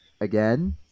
Again